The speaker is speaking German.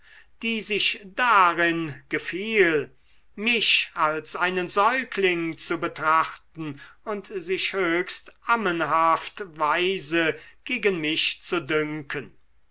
die sich darin gefiel mich als einen säugling zu betrachten und sich höchst ammenhaft weise gegen mich zu dünken